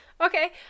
okay